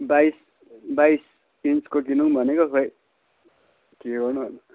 बाइस बाइस इन्चको किनौँ भनेको खोइ के गर्नु गर्नु